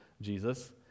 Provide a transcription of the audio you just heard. Jesus